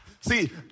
See